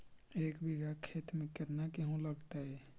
एक बिघा खेत में केतना गेहूं लगतै?